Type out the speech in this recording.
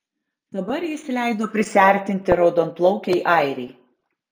dabar jis leido prisiartinti raudonplaukei airei